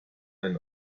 and